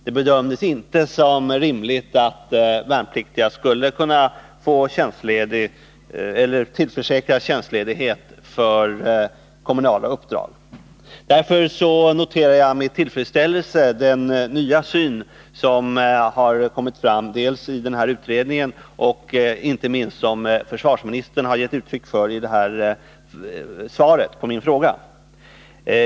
Det bedömdes inte som rimligt att värnpliktiga skulle tillförsäkras tjänstledighet för kommunala uppdrag. Därför noterar jag med tillfredsställelse den nya syn som har kommit fram i utredningen och inte minst i försvarsministerns svar på min fråga.